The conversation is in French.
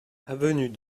avenue